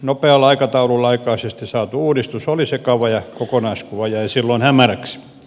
nopealla aikataululla aikaiseksi saatu uudistus oli sekava ja kokonaiskuva jäi silloin hämäräksi